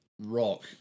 rock